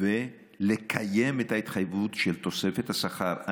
ולקיים את ההתחייבות לתוספת שכר.